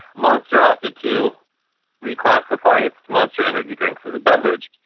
monster opted to reclassify its monster energy drinks as a beverage.